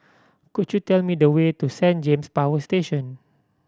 could you tell me the way to Saint James Power Station